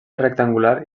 rectangular